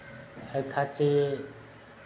एहि खातिर